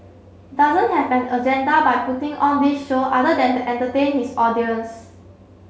doesn't have an agenda by putting on this show other than to entertain his audience